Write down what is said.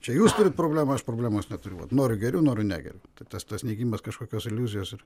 čia jūs turit problemą aš problemos neturiu vat noriu geriu noriu negeriu tai tas tas nykimas kažkokios iliuzijos ir